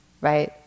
right